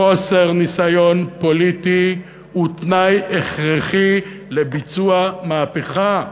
חוסר ניסיון פוליטי הוא תנאי הכרחי לביצוע מהפכה,